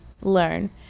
learn